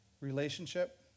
relationship